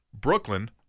Brooklyn